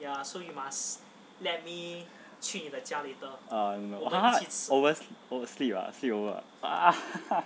err no !huh! oversleep sleep over ah